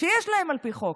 שיש להם על פי חוק,